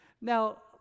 Now